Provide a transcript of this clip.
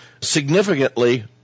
significantly